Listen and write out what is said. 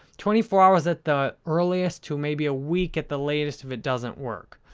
twenty four hours at the earliest to maybe a week at the latest, if it doesn't work.